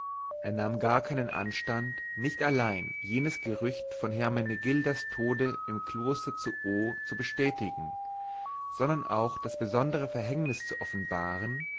er nahm gar keinen anstand nicht allein jenes gerücht von hermenegildas tode im kloster zu o zu bestätigen sondern auch das besondere verhängnis zu offenbaren